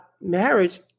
marriage